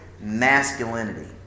masculinity